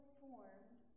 formed